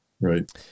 Right